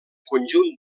conjunt